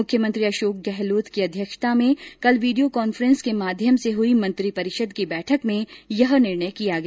मुख्यमंत्री अशोक गहलोत की अध्यक्षता में कल वीडियो कॉन्फ्रेन्स के माध्यम से हुई मंत्रिपरिषद की बैठक में यह निर्णय किया गया